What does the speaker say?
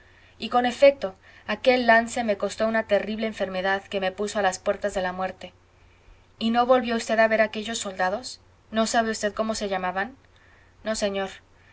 y con efecto aquel lance me costó una terrible enfermedad que me puso a las puertas de la muerte y no volvió v a ver a aquellos soldados no sabe v cómo se llamaban no señor